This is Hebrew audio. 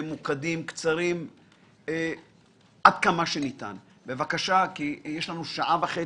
מינואר 2017. אנחנו מכבדים מאוד את הוועדה,